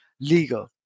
legal